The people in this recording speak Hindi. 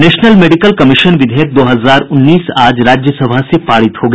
नेशनल मेडिकल कमीशन विधेयक दो हजार उन्नीस आज राज्यसभा से पारित हो गया